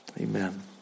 Amen